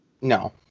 No